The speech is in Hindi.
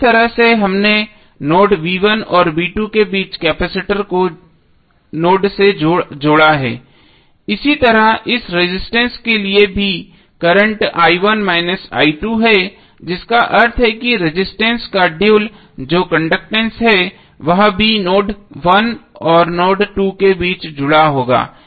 तो इस तरह से हमने नोड v1 और v2 के बीच कैपेसिटर को नोड से जोड़ा है इसी तरह इस रेजिस्टेंस के लिए भी करंट i1 माइनस i2 है जिसका अर्थ है कि इस रेजिस्टेंस का ड्यूल जो कंडक्टैंस है वह भी नोड 1 और नोड 2 के बीच जुड़ा होगा